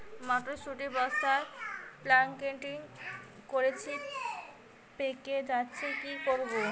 মটর শুটি বস্তা প্যাকেটিং করেছি পেকে যাচ্ছে কি করব?